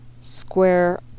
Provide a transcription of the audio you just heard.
square